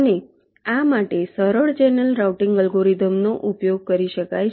અને આ માટે સરળ ચેનલ રાઉટીંગ અલ્ગોરિધમનો ઉપયોગ કરી શકાય છે